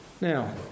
Now